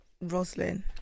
Roslyn